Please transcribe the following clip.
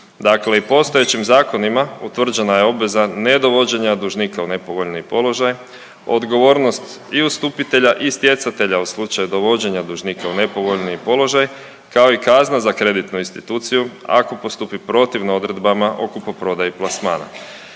Dakle i postojećim zakonima utvrđena je obveza ne dovođenja dužnika u nepovoljniji položaj, odgovornost i ustupitelja i stjecatelja u slučaju dovođenja dužnika u nepovoljniji položaj, kao i kazna za kreditnu instituciju ako postupi protivno odredbama o kupoprodaji plasmana.